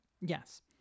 Yes